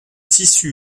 tissu